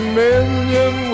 million